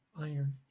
iron